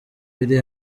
iri